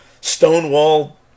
stonewall